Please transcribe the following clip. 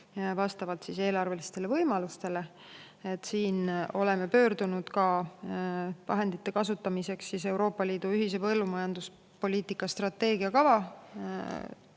vastavalt eelarvelistele võimalustele. Oleme pöördunud vahendite kasutamiseks ka Euroopa Liidu ühise põllumajanduspoliitika strateegia kava